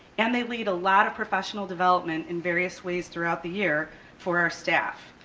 and they lead a lot of professional development in various ways throughout the year for our staff.